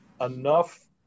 enough